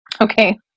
Okay